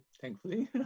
thankfully